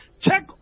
Check